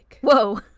Whoa